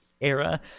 era